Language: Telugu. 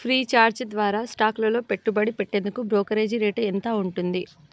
ఫ్రీచార్జ్ ద్వారా స్టాక్లలో పెట్టుబడి పెట్టేందుకు బ్రోకరేజీ రేటు ఎంత ఉంటుంది